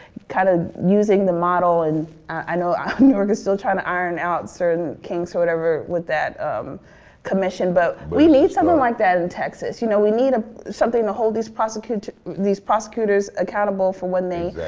kind of using the model and i know new and york is still trying to iron out certain kinks or whatever with that commission but we need something like that in texas, you know we need ah something to hold these prosecutors these prosecutors accountable for when they,